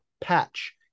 patch